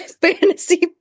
fantasy